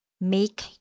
make